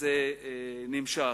זה נמשך.